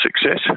success